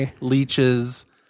leeches